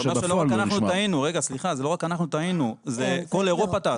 זה לא רק אנחנו טעינו, זה כל אירופה טעתה.